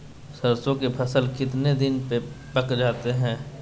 सरसों के फसल कितने दिन में पक जाते है?